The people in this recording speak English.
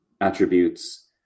attributes